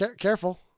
Careful